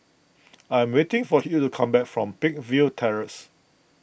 I am waiting for Hugh to come back from Peakville Terrace